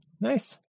Nice